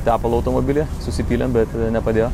tepalo automobily susipylėm bet nepadėjo